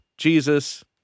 Jesus